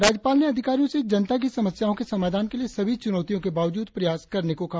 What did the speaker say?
राज्यपाल ने अधिकारियों से जनता की समस्याओं के समाधान के लिए सभी चूनौतियों के बावजूद प्रयास करने को कहा